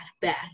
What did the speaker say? bad